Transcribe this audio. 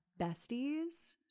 besties